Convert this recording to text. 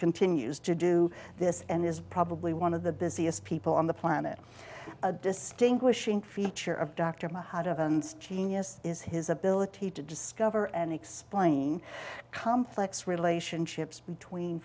continues to do this and is probably one of the busiest people on the planet distinguishing feature of dr mahadevan and genius is his ability to discover and explain complex relationships between